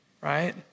right